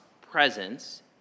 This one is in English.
presence